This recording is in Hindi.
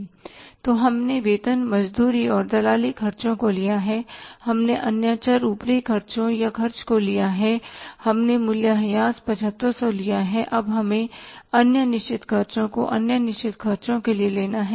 तो हमने वेतन मजदूरी और दलाली खर्चों को लिया है हमने अन्य चर ऊपरी खर्चों या खर्चे को लिया है हमने मूल्यह्रास 7500 लिया है और अब हमें अन्य निश्चित खर्चों को अन्य निश्चित खर्चों के लिए लेना है